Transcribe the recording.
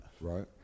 right